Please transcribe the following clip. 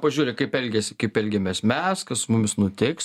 pasižiūri kaip elgiasi kaip elgiamės mes kas su mumis nutiks